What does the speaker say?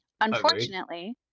Unfortunately